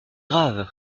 grave